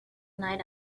night